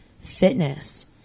fitness